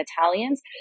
Italians